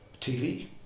TV